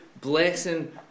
blessing